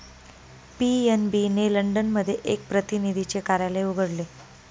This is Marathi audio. पी.एन.बी ने लंडन मध्ये एक प्रतिनिधीचे कार्यालय उघडले